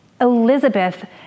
Elizabeth